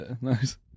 Nice